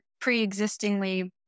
pre-existingly